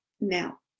Now